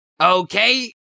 Okay